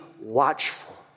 watchful